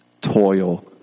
toil